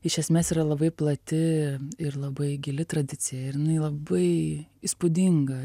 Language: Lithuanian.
iš esmės yra labai plati ir labai gili tradicija ir jinai labai įspūdinga